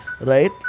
Right